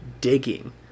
digging